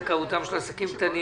זכאותם של עסקים קטנים